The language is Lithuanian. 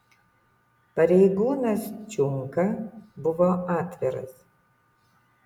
pareigūnas čiunka buvo atviras